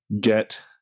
get